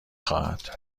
خواهد